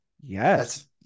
Yes